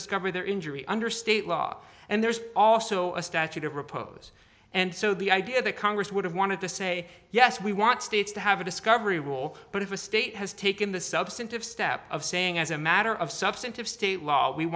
discover their injury under state law and there's also a statute of repose and so the idea that congress would have wanted to say yes we want states to have a discovery rule but if a state has taken the substantive step of saying as a matter of substantive state law we